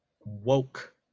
woke